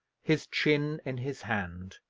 his chin in his hand,